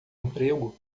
emprego